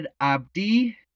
abdi